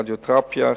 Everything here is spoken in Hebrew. רדיותרפיה,